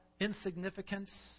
Insignificance